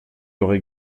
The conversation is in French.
aurez